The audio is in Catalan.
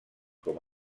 com